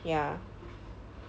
ya